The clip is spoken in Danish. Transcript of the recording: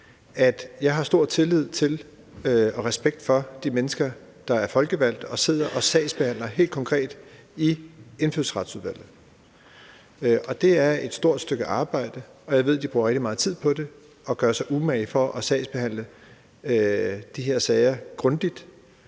jeg har stor tillid til og respekt for de mennesker, der er folkevalgte, og som helt konkret sidder og sagsbehandler i Indfødsretsudvalget. Det er et stort stykke arbejde, og jeg ved, at de bruger rigtig meget tid på det og gør sig umage for at sagsbehandle de her sager grundigt